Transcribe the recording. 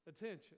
attention